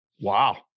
Wow